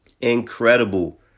Incredible